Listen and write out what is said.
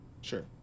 sure